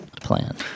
plan